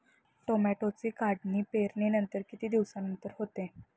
टोमॅटोची काढणी पेरणीनंतर किती दिवसांनंतर होते?